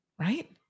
right